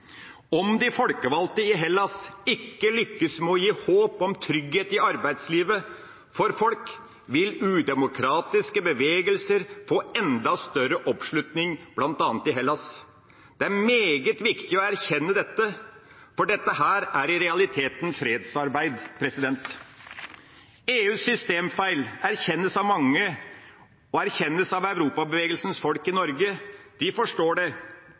Om de folkevalgte i Hellas ikke lykkes med å gi håp om trygghet i arbeidslivet for folk, vil udemokratiske bevegelser få enda større oppslutning, bl.a. i Hellas. Det er meget viktig å erkjenne dette, for dette er i realiteten fredsarbeid. EUs systemfeil erkjennes av mange, og den erkjennes av Europabevegelsens folk i Norge. De forstår det.